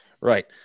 Right